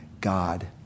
God